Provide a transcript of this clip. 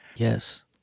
Yes